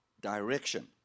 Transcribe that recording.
direction